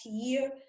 year